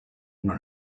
not